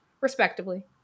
respectively